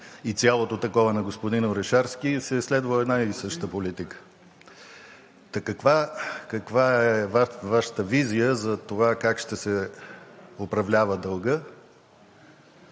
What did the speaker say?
и цялото такова на господин Орешарски, се е следвала една и съща политика. Та каква е Вашата визия за това как ще се управлява дългът